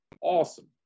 awesome